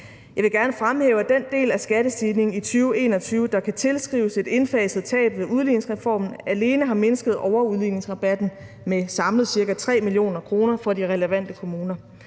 Jeg vil gerne fremhæve, at den del af skattestigningen i 2021, der kan tilskrives et indfaset tab ved udligningsreformen, alene har mindsket overudligningsrabatten med samlet ca. 3 mio. kr. for de relevante kommuner.